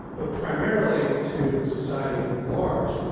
but primarily to society at large.